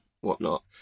whatnot